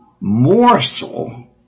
morsel